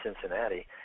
cincinnati